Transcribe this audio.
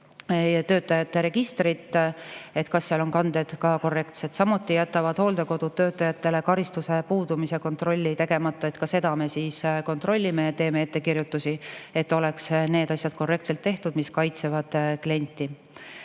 töötajate registrit, et kas seal on kanded ka korrektsed. Vahel jätavad hooldekodud töötajatele karistuse puudumise kontrolli tegemata. Ka seda me kontrollime ja teeme ettekirjutusi, et oleks kõik need asjad korrektselt tehtud, mis kaitsevad klienti.